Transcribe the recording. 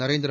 Narendra